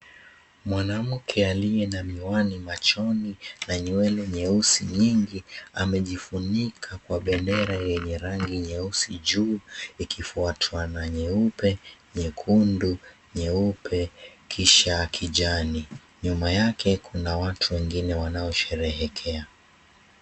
Mwanamke aliye na miwani machoni na nywele nyeusi nyingi amejifunika kwa bendera yenye rangi nyeusi juu ikifuatiwa na nyeupe, nyekundu, nyeupe, kisha kijani. Nyuma yake kuna watu wengine wanaosherehekea.